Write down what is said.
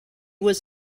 was